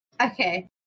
Okay